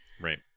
Right